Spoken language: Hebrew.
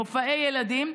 מופעי ילדים,